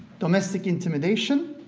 domestic intimidation,